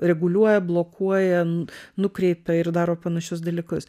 reguliuoja blokuojant nukreipia ir daro panašius dalykus